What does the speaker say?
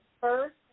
first